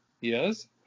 yes